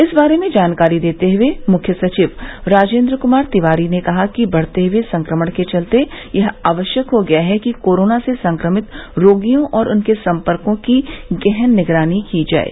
इस बारे में जानकारी देते हुए मुख्य सचिव राजेन्द्र कुमार तिवारी ने कहा कि बढ़ते हुए संक्रमण के चलते यह आवश्यक हो गया है कि कोरोना से संक्रमित रोगियों और उनके सम्पर्को की गहन निगरानी की जाये